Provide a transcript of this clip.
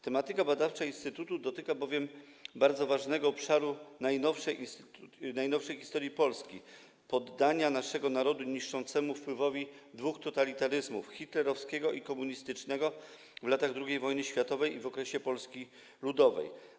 Tematyka badawcza instytutu dotyka bowiem bardzo ważnego obszaru najnowszej historii Polski, poddania naszego narodu niszczącemu wpływowi dwóch totalitaryzmów: hitlerowskiego i komunistycznego w latach II wojny światowej i w okresie Polski Ludowej.